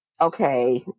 Okay